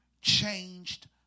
changed